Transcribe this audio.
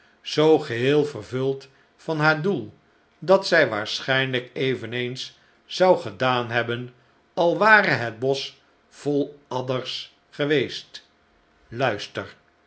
zoo geheel vervuld van haar doel dat zij waarschijnlijk eveneens zou gedaan hebben al ware het bosch vol adders geweest luister